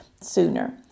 sooner